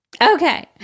Okay